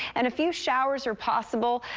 and few showers are possible.